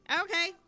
Okay